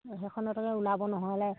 সেইখনতে ওলাব নহ'লে